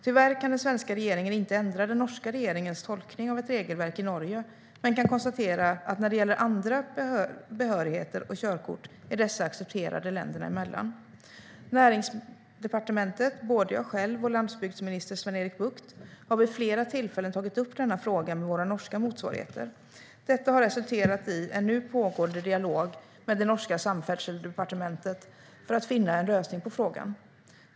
Tyvärr kan den svenska regeringen inte ändra den norska regeringens tolkning av ett regelverk i Norge men kan konstatera att när det gäller andra behörigheter och körkort är dessa accepterade länderna emellan. Näringsdepartementet, både jag själv och landsbygdsminister Sven-Erik Bucht, har vid flera tillfällen tagit upp denna fråga med våra norska motsvarigheter. Detta har resulterat i en nu pågående dialog med det norska Samferdselsdepartementet för att finna en lösning på frågan.